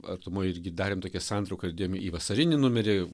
artumoj irgi darėm tokią santrauką dėjom į vasarinį numerį